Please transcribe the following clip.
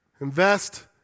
Invest